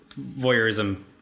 voyeurism